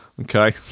Okay